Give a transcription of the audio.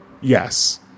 Yes